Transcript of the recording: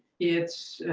it's